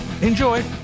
Enjoy